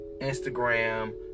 instagram